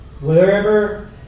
Wherever